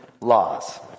laws